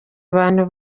abantu